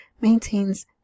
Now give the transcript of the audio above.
Maintains